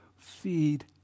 Feed